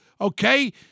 okay